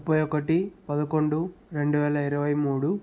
ముప్పై ఒకటి పదకొండు రెండు వేల ఇరవై మూడు